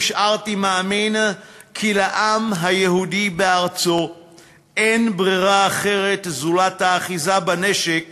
נשארתי מאמין כי לעם היהודי בארצו אין ברירה אחרת זולת האחיזה בנשק